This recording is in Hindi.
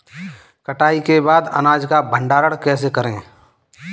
कटाई के बाद अनाज का भंडारण कैसे करें?